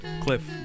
Cliff